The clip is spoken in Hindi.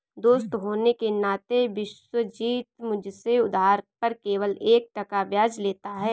दोस्त होने के नाते विश्वजीत मुझसे उधार पर केवल एक टका ब्याज लेता है